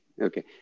okay